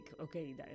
okay